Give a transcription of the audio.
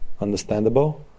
understandable